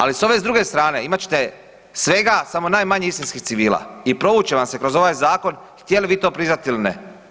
Ali s ove druge strane imat ćete svega samo najmanje istinskih civila i provući će vam se kroz ovaj zakon htjeli vi to priznati ili ne.